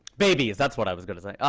babies that's what i was going to say.